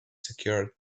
secured